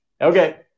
Okay